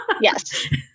Yes